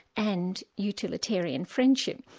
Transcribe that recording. and utilitarian friendship.